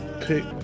pick